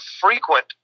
frequent